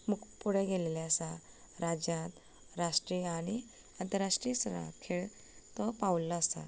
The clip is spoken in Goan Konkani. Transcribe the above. खूब पुढे गेल्लें आसा राजांत राष्ट्रीय आनी अंतराष्ट्रीय स्तरान खेळ तो पावल्लो आसा